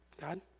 God